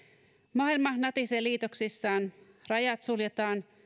maailma natisee liitoksissaan rajat suljetaan